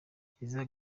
kiliziya